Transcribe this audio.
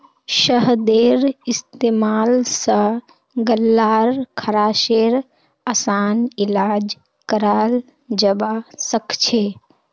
शहदेर इस्तेमाल स गल्लार खराशेर असान इलाज कराल जबा सखछे